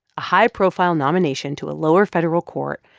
a high-profile nomination to a lower federal court,